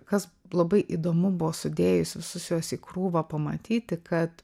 kas labai įdomu buvo sudėjus visus juos į krūvą pamatyti kad